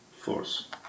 force